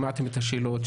שמעתם את השאלות,